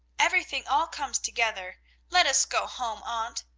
everything all comes together let us go home, aunt,